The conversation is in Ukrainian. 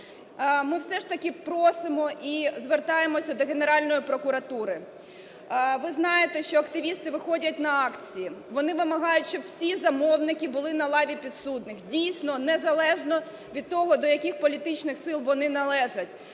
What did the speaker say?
Ми все ж таки просимо і звертаємося до Генеральної прокуратури. Ви знаєте, що активісти виходять на акції, вони вимагають, щоб всі замовники були на лаві підсудних, дійсно незалежно від того, до яких політичних сил вони належать.